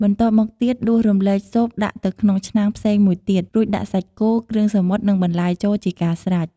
បន្ទាប់មកទៀតដួសរំលែកស៊ុបដាក់ទៅក្នុងឆ្នាំងផ្សេងមួយទៀត រួចដាក់ សាច់គោ គ្រឿងសមុទ្រនិងបន្លែចូលជាការស្រេច។